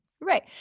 Right